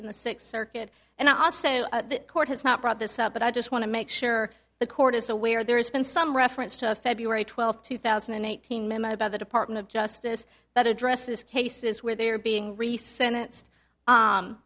in the sixth circuit and also the court has not brought this up but i just want to make sure the court is aware there's been some reference to a february twelfth two thousand and eighteen memo by the department of justice that addresses cases where they are being